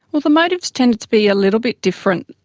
well, the motives tended to be a little bit different,